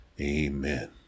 Amen